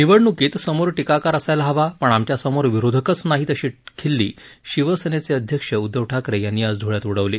निवडणूकीत समोर टीकाकार असायला हवा पण आमच्यासमोर विरोधकच नाहीत अशी खिल्ली शिवसेनेचे अध्यक्ष उद्धव ठाकरे यांनी आज धुळ्यात उडवली